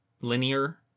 linear